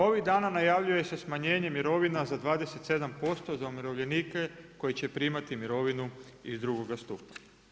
Ovih dana najavljuje se smanjenje mirovina za 27% za umirovljenike koji će primati mirovinu iz drugoga stupa.